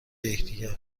یکدیگر